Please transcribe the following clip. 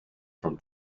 from